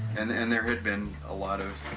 and and there had been a lot of